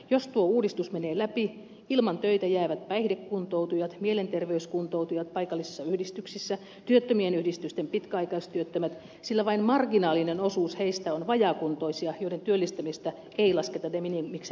jos tuo uudistus menee läpi ilman töitä jäävät päihdekuntoutujat mielenterveyskuntoutujat paikallisissa yhdistyksissä työttömien yhdistysten pitkäaikaistyöttömät sillä vain marginaalinen osuus heistä on vajaakuntoisia joiden työllistämistä ei lasketa de minimiksen piiriin